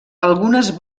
algunes